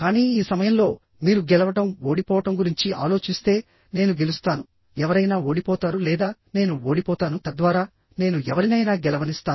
కానీ ఈ సమయంలో మీరు గెలవడం ఓడిపోవడం గురించి ఆలోచిస్తే నేను గెలుస్తాను ఎవరైనా ఓడిపోతారు లేదా నేను ఓడిపోతాను తద్వారా నేను ఎవరినైనా గెలవనిస్తాను